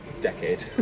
decade